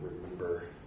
remember